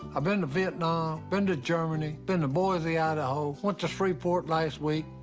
i've been to vietnam, been to germany, been to boise, idaho, went to shreveport last week.